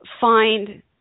find